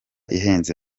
ihenze